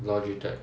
Logitech